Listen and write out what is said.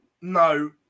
No